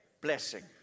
Blessing